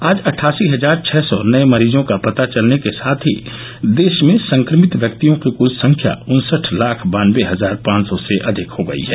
आज अटठासी हजार छह सौ नए मरीजों का पता चलने के साथ ही देश में संक्रमित व्यक्तियों की क्ल संख्या उनसठ लाख बानबे हजार पांच सौ से अधिक हो गई है